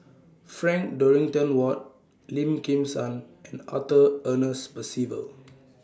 Frank Dorrington Ward Lim Kim San and Arthur Ernest Percival